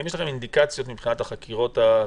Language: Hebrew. האם יש לכם אינדיקציות מבחינת החקירות האפידמיולוגיות